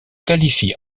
qualifie